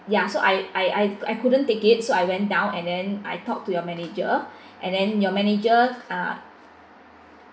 ya so I I I I couldn't take it so I went down and then I talked to your manager and then your manager ah